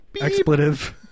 expletive